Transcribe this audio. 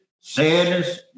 sadness